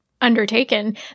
undertaken